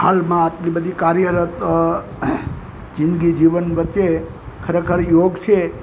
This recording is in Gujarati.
હાલમાં આપણી બધી કાર્યરત જિંદગી જીવન વચ્ચે ખરેખર યોગ છે એ